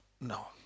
no